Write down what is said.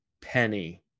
Penny